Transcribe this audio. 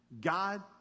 God